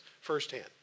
firsthand